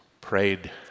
prayed